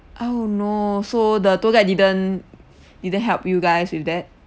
oh no so the tour guide didn't didn't help you guys with that